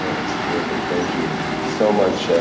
was terrific, thank you so much.